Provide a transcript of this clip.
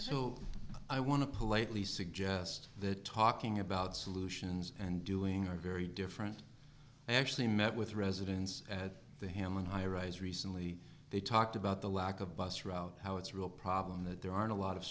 so i want to politely suggest that talking about solutions and doing are very different i actually met with residents at the hammond high rise recently they talked about the lack of bus route how it's real problem that there aren't a lot of